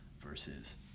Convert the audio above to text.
versus